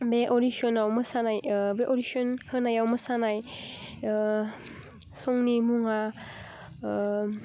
बे अडिसनाव मोसानाय बे अडिसन होनायाव मोसानाय संनि मुङा